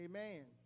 Amen